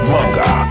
Manga